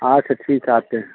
अच्छा ठीक है आते हैं